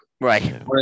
Right